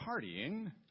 partying